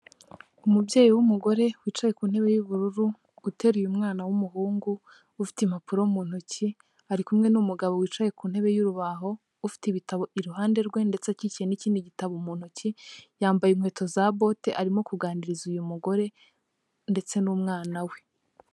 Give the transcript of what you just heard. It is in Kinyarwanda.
Umubyeyi w'umugore wicaye ku ntebe y'ubururu, gutera umwana w'umuhungu, ufite impapuro mu ntoki, ari kumwe n'umugabo wicaye ku ntebe y'uruba, ufite ibitabo iruhande rwe ndetse akikiye n'ikindi gitabo mu ntoki, yambaye inkweto za bote arimo kuganiriza uyu mugore, ndetse n'umwana we.